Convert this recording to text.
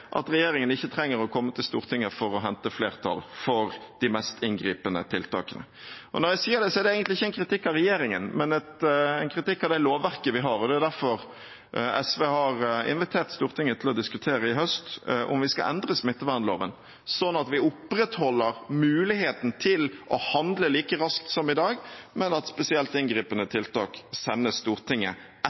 at regjeringen ikke trenger å komme til Stortinget for å hente flertall for de mest inngripende tiltakene. Og når jeg sier det, er det egentlig ikke en kritikk av regjeringen, men en kritikk av det lovverket vi har. Det er derfor SV har invitert Stortinget til å diskutere i høst om vi skal endre smittevernloven, sånn at vi opprettholder muligheten til å handle like raskt som i dag, men at spesielt inngripende tiltak sendes Stortinget etterpå for å bli forankret i et